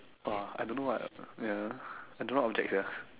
!wah! I don't know what ya I don't know what object sia